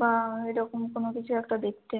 বা ওই রকম কোনো কিছু একটা দেখতে